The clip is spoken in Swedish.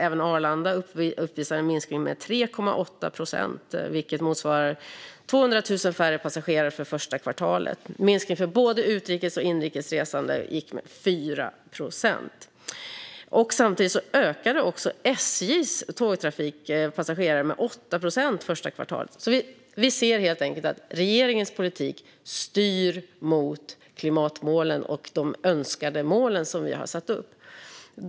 Även Arlanda uppvisar en minskning med 3,8 procent, vilket motsvarar 200 000 färre passagerare för det första kvartalet. Minskningen för både inrikes och utrikes resande var 4 procent. Samtidigt ökade SJ:s tågtrafikpassagerare med 8 procent det första kvartalet. Vi ser helt enkelt att regeringens politik styr mot klimatmålen och de önskade mål som vi har satt upp.